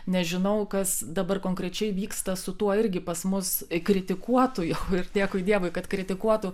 nežinau kas dabar konkrečiai vyksta su tuo irgi pas mus kritikuotu yahoo ir dėkui dievui kad kritikuotu